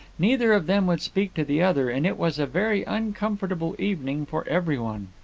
neither of them would speak to the other, and it was a very uncomfortable evening for every one.